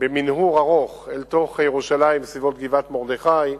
במנהור ארוך אל תוך ירושלים, לסביבות גבעת-מרדכי,